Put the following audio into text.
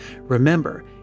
Remember